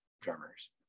drummers